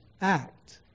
act